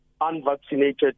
unvaccinated